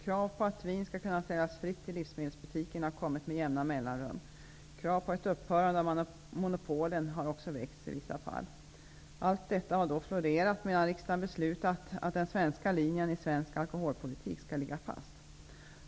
Krav på att vin skall kunna säljas fritt i livsmedelsbutikerna har kommit med jämna mellanrum. Krav på ett upphörande av monopolen har också väckts i vissa fall. Allt detta har då florerat medan riksdagen har beslutat att den svenska linjen i svensk alkoholpolitik skall ligga fast.